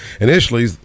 Initially